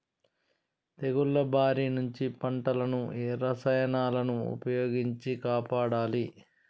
తెగుళ్ల బారి నుంచి పంటలను ఏ రసాయనాలను ఉపయోగించి కాపాడాలి?